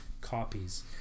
copies